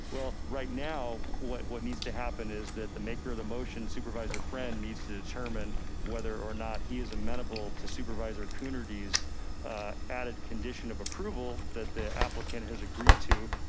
well, right now, what what needs to happen is that the maker of the motion supervisor friend, needs to determine whether or not he is amenable to supervisor coonerty's added condition of approval that the applicant has agreed to.